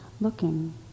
looking